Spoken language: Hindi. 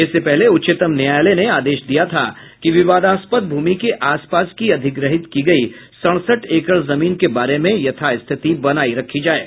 इससे पहले उच्चतम न्यायालय ने आदेश दिया था कि विवादास्पद भूमि के आस पास की अधिग्रहित की गई सड़सठ एकड़ जमीन के बारे में यथास्थिति बनाई रखी जाये